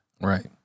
Right